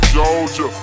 Georgia